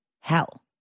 Hell